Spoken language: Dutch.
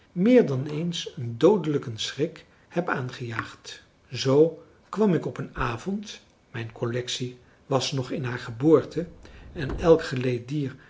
meer dan eens een doodelijken schrik heb aangejaagd zoo kwam ik op een avond mijn collectie was nog in haar geboorte en elk geleed dier